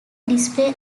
display